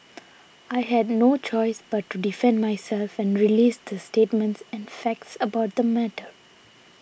I had no choice but to defend myself and release the statements and facts about the matter